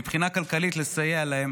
מבחינה כלכלית לסייע להם,